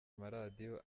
amaradiyo